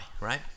right